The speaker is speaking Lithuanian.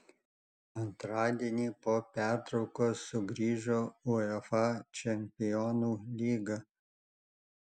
antradienį po pertraukos sugrįžo uefa čempionų lyga